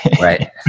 Right